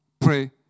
Pray